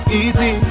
easy